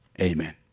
Amen